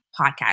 podcast